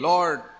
Lord